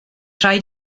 rhaid